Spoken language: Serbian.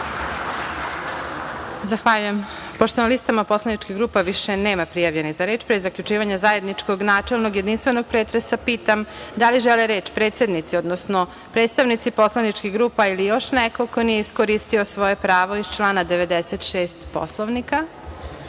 Zahvaljujem. Pošto na listama poslaničkih grupa više nema prijavljenih za reč, pre zaključivanja zajedničkog načelnog i jedinstvenog pretresa, pitam da li žele reč predsednici, odnosno predstavnici poslaničkih grupa ili još neko ko nije iskoristio svoje pravo iz člana 96. Poslovnika?